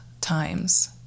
times